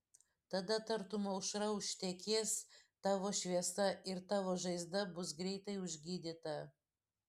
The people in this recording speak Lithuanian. tada tartum aušra užtekės tavo šviesa ir tavo žaizda bus greitai užgydyta